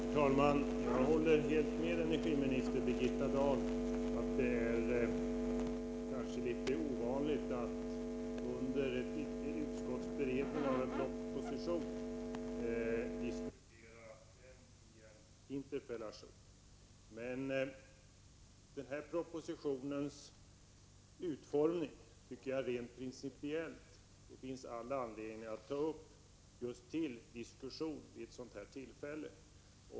Herr talman! Jag håller helt med energiminister Birgitta Dahl om att det kanske är litet ovanligt att under utskottsberedningen av en proposition diskutera ärendet via en interpellation. Men den här propositionens utformning tycker jag rent principiellt att det finns all anledning att ta upp till diskussion vid ett sådant här tillfälle.